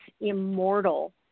immortal